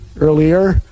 earlier